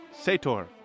Sator